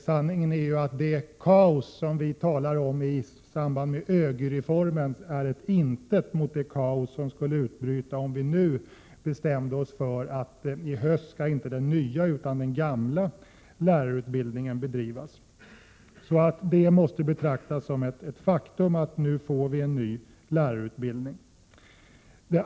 Sanningen är ju att det kaos som vi talar om i samband med ÖGY-reformen är ett intet mot det som skulle utbryta om vi nu bestämde oss för att inte den nya utan den gamla lärarutbildningen skall bedrivas i höst. Att vi nu får en ny lärarutbildning måste betraktas som ett faktum.